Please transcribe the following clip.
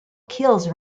kills